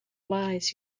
lies